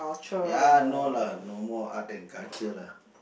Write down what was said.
ya no lah no more Art and Culture lah